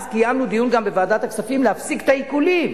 אז קיימנו דיון גם בוועדת הכספים להפסיק את העיקולים.